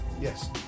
Yes